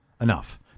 Enough